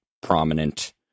prominent